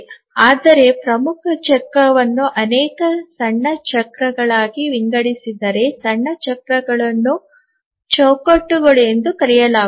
ಆದರೆ ಪ್ರಮುಖ ಚಕ್ರವನ್ನು ಅನೇಕ ಸಣ್ಣ ಚಕ್ರಗಳಾಗಿ ವಿಂಗಡಿಸಿದರೆ ಸಣ್ಣ ಚಕ್ರಗಳನ್ನು ಚೌಕಟ್ಟುಗಳು ಎಂದೂ ಕರೆಯಲಾಗುತ್ತದೆ